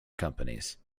companies